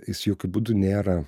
jis jokiu būdu nėra